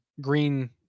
green